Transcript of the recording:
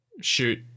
shoot